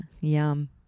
Yum